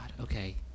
Okay